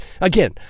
Again